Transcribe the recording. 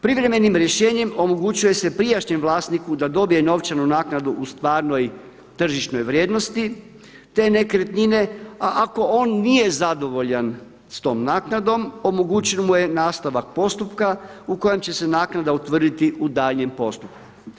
Privremenim rješenjem omogućuje se prijašnjem vlasniku da dobije novčanu naknadu u stvarnoj tržišnoj vrijednosti te nekretnine, a ako on nije zadovoljan s tom naknadom omogućen mu je nastavak postupka u kojem će se naknada utvrditi u daljnjem postupku.